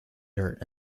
dirt